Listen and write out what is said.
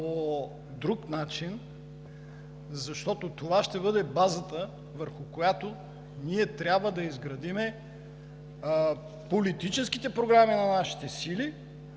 по друг начин, защото това ще бъде базата, върху която трябва да изградим политическите програми на нашите сили